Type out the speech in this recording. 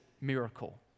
miracle